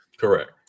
Correct